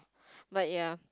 but ya